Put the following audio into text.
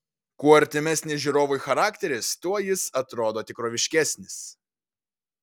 kuo artimesnis žiūrovui charakteris tuo jis atrodo tikroviškesnis